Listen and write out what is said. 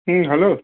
হুম hello